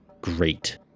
Great